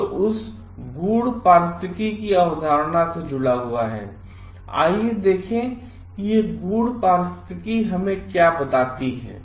तो यह गूढ़ पारिस्थितिकी हमें क्या बताती है